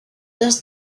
does